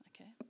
okay